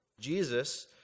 Jesus